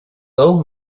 old